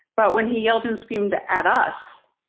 but when he yelled and screamed at us,